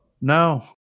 No